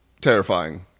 terrifying